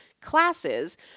classes